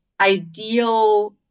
ideal